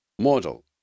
model